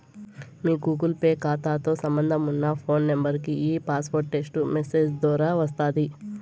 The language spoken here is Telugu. మీ గూగుల్ పే కాతాతో సంబంధమున్న ఫోను నెంబరికి ఈ పాస్వార్డు టెస్టు మెసేజ్ దోరా వస్తాది